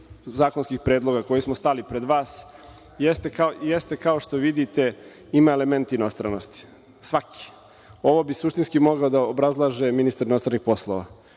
zakonskih predloga koje smo stavili pred vas, kao što vidite ima elemente inostranosti, svaki. Ovo bi suštinski morao da obrazlaže ministar inostranih poslova.